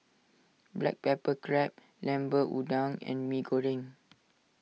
Black Pepper Crab Lemper Udang and Mee Goreng